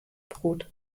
brot